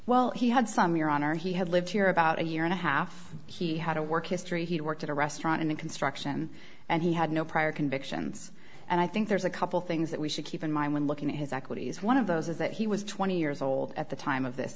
well he had some your honor he had lived here about a year and a half he had a work history he worked at a restaurant in construction and he had no prior convictions and i think there's a couple things that we should keep in mind when looking at his equities one of those is that he was twenty years old at the time of this